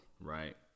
right